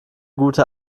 gute